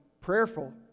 prayerful